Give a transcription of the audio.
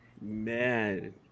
Man